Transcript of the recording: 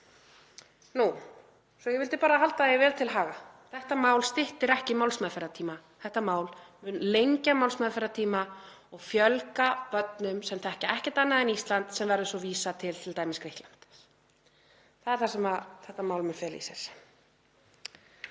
Ég vildi bara halda því vel til haga að þetta mál styttir ekki málsmeðferðartíma. Þetta mál mun lengja málsmeðferðartíma og fjölga börnum sem þekkja ekkert annað en Ísland sem verður svo vísað til t.d. Grikklands. Það er það sem þetta mál mun fela í sér.